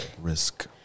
Risk